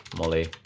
molly